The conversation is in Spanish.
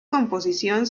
composición